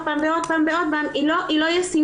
פעם ועוד פעם ועוד פעם" היא לא ישימה.